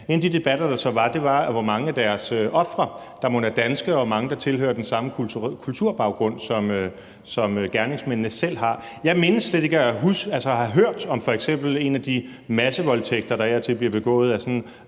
En af de debatter, der så var, var om, hvor mange af deres ofre der mon så er danske, og hvor mange der tilhører den samme kulturbaggrund, som gerningsmændene selv har. Jeg mindes slet ikke, når jeg har hørt om f.eks. en af de massevoldtægter, der af og til bliver begået af sådan